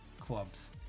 clubs